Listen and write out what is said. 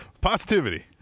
positivity